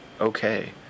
okay